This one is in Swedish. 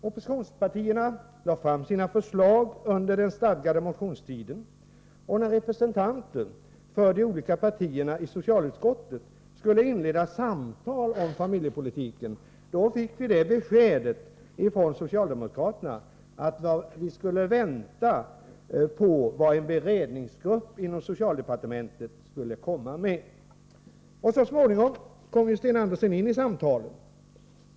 Oppositionspartierna lade fram sina förslag under den stadgade motionstiden. När representanter för de olika partierna i socialutskottet skulle inleda samtal om familjepolitiken, fick vi beskedet från socialdemokraterna att vi skulle invänta vad en beredningsgrupp inom socialdepartementet skulle komma med. Så småningom kom Sten Andersson med i samtalen.